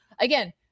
again